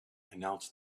announced